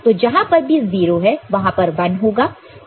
तो जहां पर भी 0 है वहां पर 1 होगा